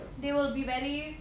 they will be very